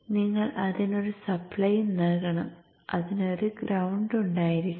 നിങ്ങൾ അതിന് ഒരു സപ്ലൈയും നൽകണം അതിന് ഒരു ഗ്രൌണ്ട് ഉണ്ടായിരിക്കണം